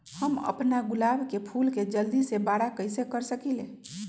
हम अपना गुलाब के फूल के जल्दी से बारा कईसे कर सकिंले?